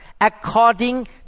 according